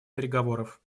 переговоров